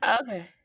Okay